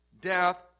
death